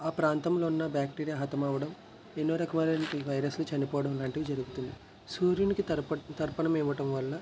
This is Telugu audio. ఆ ప్రాంతంలో ఉన్న బ్యాక్టీరియా హతమవడం ఎన్నో రకం అయినటువంటి వైరస్లు చనిపోవడం లాంటివి జరుగుతుంది సూర్యునికి తరప తర్పణం ఇవ్వటం వలన